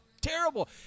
Terrible